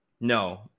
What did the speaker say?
No